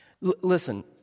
Listen